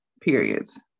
periods